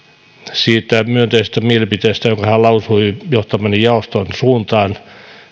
siitä myönteisestä mielipiteestä jonka hän lausui johtamani jaoston suuntaan